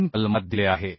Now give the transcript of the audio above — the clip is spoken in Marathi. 3 कलमात दिले आहे